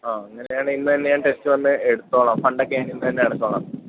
അങ്ങനെയാണേൽ ഇന്നുതന്നെ ഞാൻ ടെസ്റ്റ് വന്ന് എടുത്തോളാം ഫണ്ട് ഒക്കെ ഞാൻ ഇന്നുതന്നെ അടച്ചോളാം